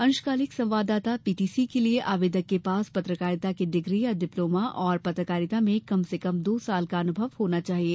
अंशकालिक संवाददाता पीटीसी के लिए आवेदक के पास पत्रकारिता की डिग्री या डिप्लोमा और पत्रकारिता में कम से कम दो वर्ष का अनुभव होना चाहिए